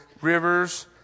rivers